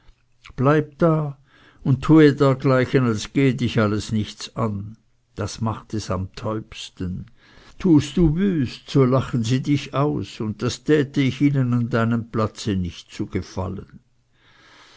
bleib da und tue dergleichen als gehe dich alles nichts an das macht es am täubsten tust du wüst so lachen sie dich aus und das täte ich ihnen an deinem platz nicht zu gefallen